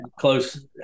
close